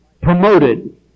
promoted